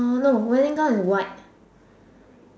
oh no wedding gown is white